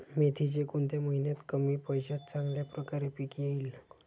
मेथीचे कोणत्या महिन्यात कमी पैशात चांगल्या प्रकारे पीक येईल?